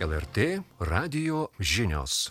lrt radijo žinios